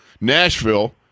Nashville